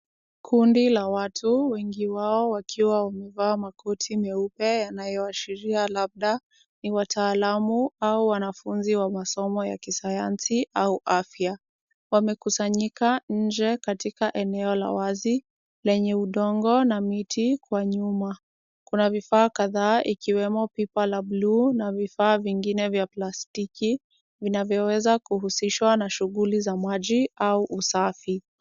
Kundi la watu, wengi wao wakiwa wamevaa makoti meupe yanayoashiria labda ni wataalamu au wanafunzi wa masomo ya kisayansi au afya. Wamekusanyika nje katika eneo la wazi lenye udongo na miti kwa nyuma. Kuna vifaa kadhaa ikiwemo pipa la buluu na vifaa vingine vya plastiki vinavyoweza kuhusiswa na shughuli za maji au usafi.